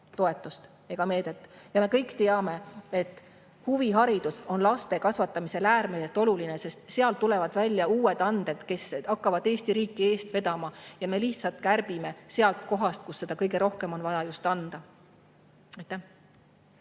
ole. Ja me kõik teame, et huviharidus on laste kasvatamisel äärmiselt oluline, sest sealt tulevad välja uued anded, kes hakkavad Eesti riiki eest vedama. Ja me lihtsalt kärbime kohast, kuhu oleks kõige rohkem vaja just anda.